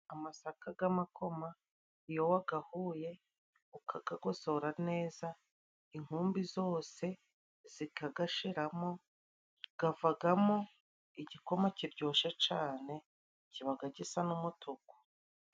Amasaka g'amakoma iyo wagahuye ukagagosora neza inkumbi zose zikagashiramo gavagamo igikoma kiryoshe cane kibaga gisa n'umutuku.